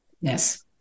Yes